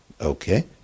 Okay